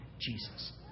Jesus